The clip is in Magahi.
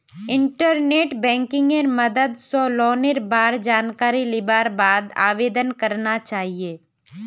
इंटरनेट बैंकिंगेर मदद स लोनेर बार जानकारी लिबार बाद आवेदन करना चाहिए